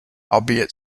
albeit